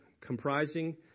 comprising